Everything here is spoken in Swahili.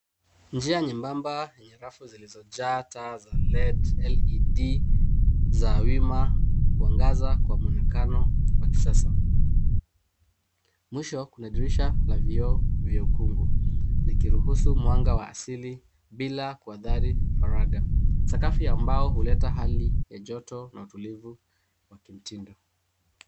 Njia nyembamba yenye rafu zilizojaa taa za LED za wima huangaza kwa muonekano wa kisasa. Mwisho, kuna dirisha na vioo vya ukungu vikiruhisu mwanga wa asili bila kuadhiri faraga. Sakafu ya mbao huleta hali ya joto na utulivu wa kimtindo.